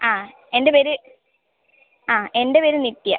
ആ എൻ്റെ പേര് ആ എൻ്റെ പേര് നിത്യ